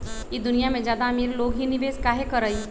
ई दुनिया में ज्यादा अमीर लोग ही निवेस काहे करई?